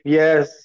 yes